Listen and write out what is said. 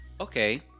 Okay